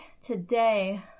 today